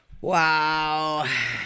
Wow